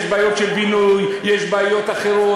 יש בעיות של בינוי, יש בעיות אחרות.